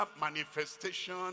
manifestation